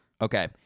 Okay